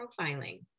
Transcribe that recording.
profiling